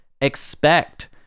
expect